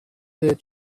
their